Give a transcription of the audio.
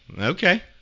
Okay